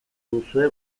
duzue